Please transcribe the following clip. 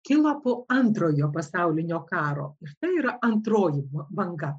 kilo po antrojo pasaulinio karo ir tai yra antroji banga